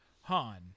Han –